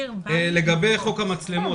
לגבי המצלמות.